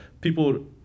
people